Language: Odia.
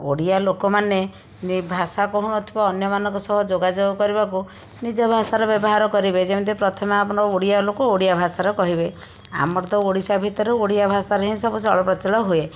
ଓଡ଼ିଆ ଲୋକମାନେ ଭାଷା କହୁନଥିବା ଅନ୍ୟମାନଙ୍କ ସହ ଯୋଗାଯୋଗ କରିବାକୁ ନିଜ ଭାଷାର ବ୍ୟବହାର କରିବେ ଯେମିତି ପ୍ରଥମେ ଆମର ଓଡ଼ିଆ ଲୋକ ଓଡ଼ିଆ ଭାଷାରେ କହିବେ ଆମର ତ ଓଡ଼ିଶା ଭିତରେ ଓଡ଼ିଆ ଭାଷାରେ ହିଁ ସବୁ ଚଳପ୍ରଚଳ ହୁଏ